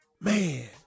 Man